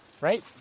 Right